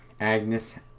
Agnes